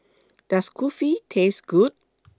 Does Kulfi Taste Good